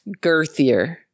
girthier